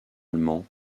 allemands